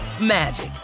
magic